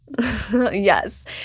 Yes